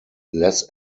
less